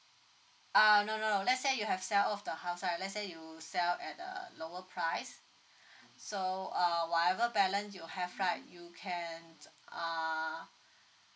uh no no no let say you have sell off the house right let say you sell at a lower price so uh whatever balance you have right you can uh